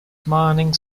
mining